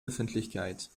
öffentlichkeit